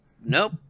Nope